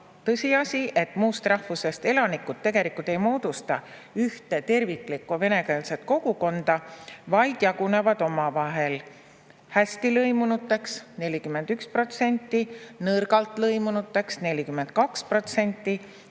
tõsiasi, et muust rahvusest elanikud tegelikult ei moodusta ühte terviklikku venekeelset kogukonda, vaid jagunevad omavahel hästi lõimunuteks – 41% –, nõrgalt lõimunuteks – 42%